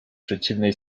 przeciwnej